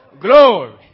Glory